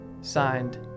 Signed